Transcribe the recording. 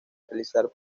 realizar